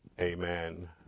Amen